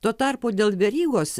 tuo tarpu dėl verygos